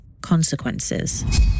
consequences